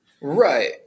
right